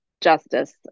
justice